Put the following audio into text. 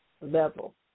level